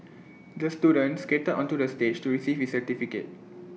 the student skated onto the stage to receive his certificate